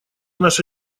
наша